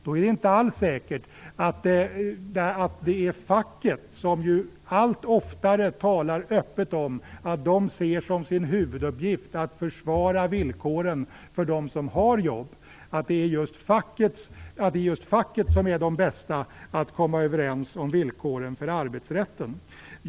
Då är det inte alls säkert att det är just facken - som ju allt oftare talar om att de ser som sin huvuduppgift att försvara villkoren för dem som har jobb - som är de bästa att komma överens om villkoren för arbetsrätten.